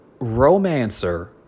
romancer